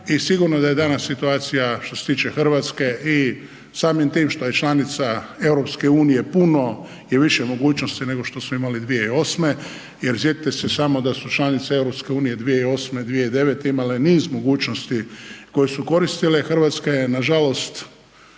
sigurno da je danas situacija što se tiče RH i samim tim što je članica EU puno je više mogućnosti nego što smo imali 2008. jer sjetite se samo da su članice EU 2008.-2009. imale niz mogućnosti koje su koristile, RH je nažalost